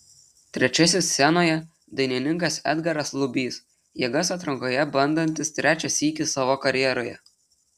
trečiasis scenoje dainininkas edgaras lubys jėgas atrankoje bandantis trečią sykį savo karjeroje